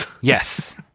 yes